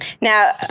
Now